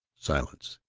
silence.